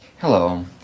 Hello